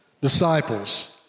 disciples